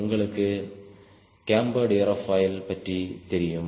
உங்களுக்கு cambered aerofoil பற்றி தெரியும்